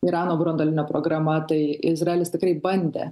irano branduolinė programa tai izraelis tikrai bandė